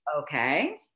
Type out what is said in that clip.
Okay